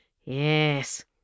Yes